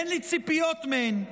אין לי ציפיות מהם.